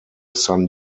san